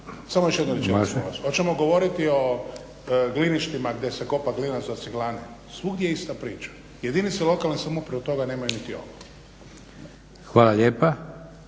Hvala lijepa.